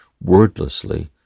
wordlessly